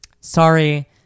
sorry